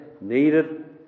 needed